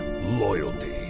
loyalty